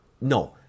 no